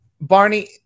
Barney